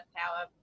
power